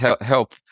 help